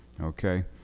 okay